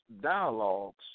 dialogues